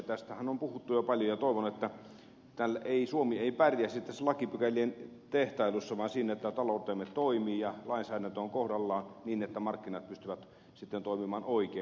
tästähän on puhuttu jo paljon ja toivon että suomi ei pärjäisi tässä lakipykälien tehtailussa vaan siinä että taloutemme toimii ja lainsäädäntö on kohdallaan niin että markkinat pystyvät toimimaan oikein